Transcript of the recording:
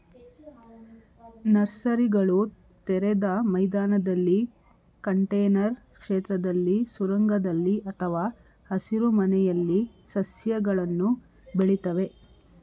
ನರ್ಸರಿಗಳು ತೆರೆದ ಮೈದಾನದಲ್ಲಿ ಕಂಟೇನರ್ ಕ್ಷೇತ್ರದಲ್ಲಿ ಸುರಂಗದಲ್ಲಿ ಅಥವಾ ಹಸಿರುಮನೆಯಲ್ಲಿ ಸಸ್ಯಗಳನ್ನು ಬೆಳಿತವೆ